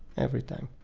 everytime